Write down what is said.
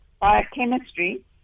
biochemistry